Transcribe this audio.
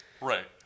Right